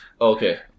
Okay